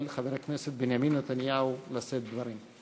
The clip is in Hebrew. חבר הכנסת בנימין נתניהו לשאת דברים.